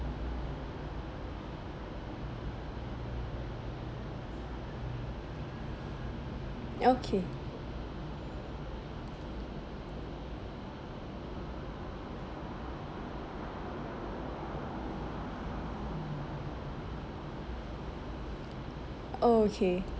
okay okay